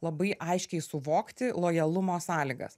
labai aiškiai suvokti lojalumo sąlygas